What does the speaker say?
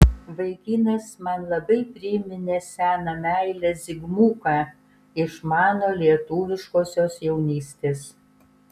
vaikinas man labai priminė seną meilę zigmuką iš mano lietuviškosios jaunystės